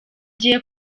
agiye